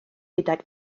gydag